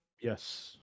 Yes